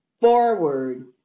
forward